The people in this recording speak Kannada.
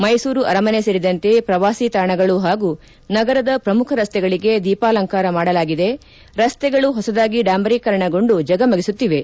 ಮೈಸೂರು ಅರಮನೆ ಸೇರಿದಂತೆ ಪ್ರವಾಸೀ ತಾಣಗಳು ಹಾಗೂ ನಗರದ ಪ್ರಮುಖ ರಸ್ತೆಗಳಿಗೆ ದೀಪಾಲಂಕಾರ ಮಾಡಲಾಗಿದೆ ರಸ್ತೆಗಳು ಹೊಸದಾಗಿ ಡಾಂಬರೀಕರಣಗೊಂಡು ಜಗಮಗಿಸುತ್ತಿವೆ